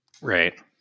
Right